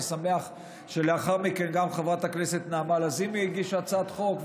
אני שמח שלאחר מכן גם חברת הכנסת נעמה לזימי הגישה הצעת חוק,